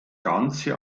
ganze